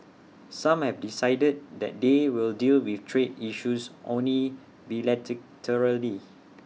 some have decided that they will deal with trade issues only